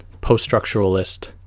post-structuralist